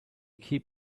keep